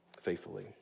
faithfully